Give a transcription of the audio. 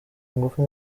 ngufu